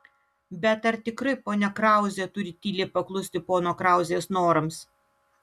bet ar tikrai ponia krauzė turi tyliai paklusti pono krauzės norams